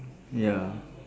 ya